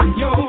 yo